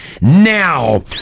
now